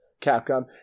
Capcom